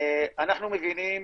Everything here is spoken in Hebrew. אנחנו מבינים